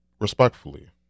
respectfully